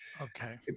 Okay